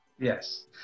Yes